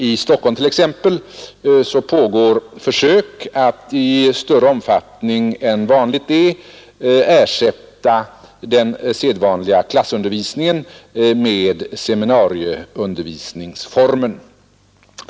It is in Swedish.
I Stockholm t.ex. pågår försök att i större omfattning än vad som är vanligt ersätta klassundervisningen med seminarieundervisningsformen.